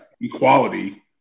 equality